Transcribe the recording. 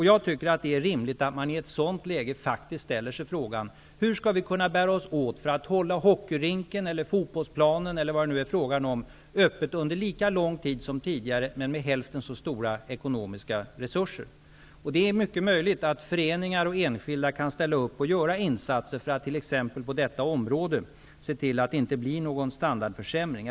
Jag tycker att det är rimligt att man i ett sådant läge faktiskt ställer sig frågan: Hur skall vi bära oss åt för att hålla hockeyrinken, fotbollsplanen eller vad det nu kan vara fråga om öppen lika lång tid som tidigare men med hälften så stora ekonomiska resurser? Det är mycket möjligt att föreningar och enskilda kan ställa upp och göra insatser för att t.ex. på detta område se till att det inte blir någon standardförsämring.